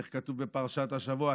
איך כתוב בפרשת השבוע?